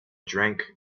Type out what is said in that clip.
drank